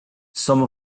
some